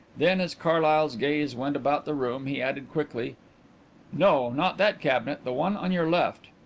then, as carlyle's gaze went about the room, he added quickly no, not that cabinet the one on your left.